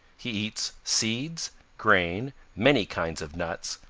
he eats seeds, grain, many kinds of nuts,